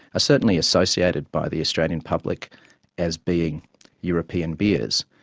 certainly associated by the australian public as being european beers,